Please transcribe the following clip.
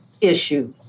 issue